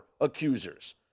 accusers